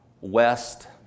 West